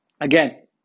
Again